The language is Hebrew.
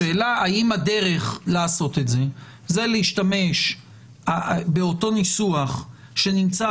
השאלה האם הדרך לעשות את זה היא להשתמש באותו ניסוח שנמצא